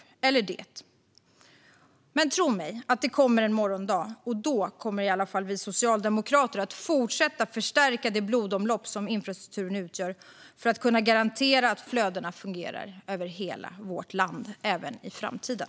Tro mig! Det kommer en morgondag, och då kommer vi socialdemokrater att fortsätta att förstärka det blodomlopp som infrastrukturen utgör för att kunna garantera att flödena fungerar över hela vårt land även i framtiden.